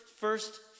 first